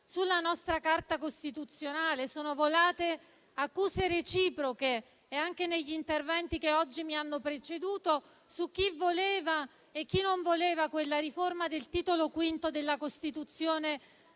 sulla nostra Carta costituzionale. Sono volate accuse reciproche, anche negli interventi che oggi mi hanno preceduto, su chi voleva e chi non voleva quella riforma del Titolo V della Costituzione